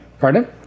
Pardon